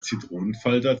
zitronenfalter